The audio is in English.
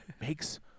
makes